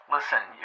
Listen